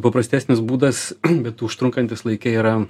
paprastesnis būdas bet užtrunkantis laike yra